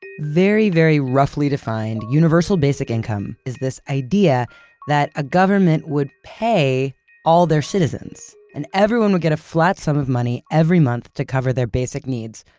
very, very roughly defined, universal basic income is this idea that a government would pay all their citizens. and everyone would get a flat sum of money every month to cover their basic needs,